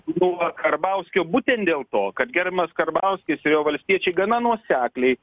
buvo karbauskio būtent dėl to kad gerbiamas karbauskis ir jo valstiečiai gana nuosekliai